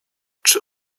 czy